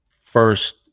first